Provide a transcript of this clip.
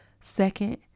second